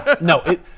No